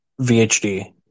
VHD